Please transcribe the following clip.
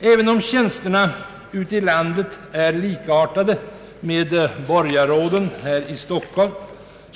Även om tjänsterna ute i landet är likartade med borgarrådstjänsterna här i Stockholm,